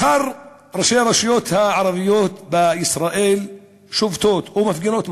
מחר הרשויות הערביות בישראל שובתות או מפגינות.